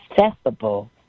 accessible